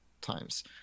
times